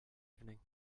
evening